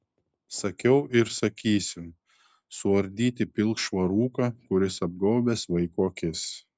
sakiau ir sakysiu suardyti pilkšvą rūką kuris apgaubęs vaiko akis